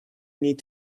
need